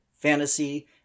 fantasy